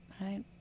right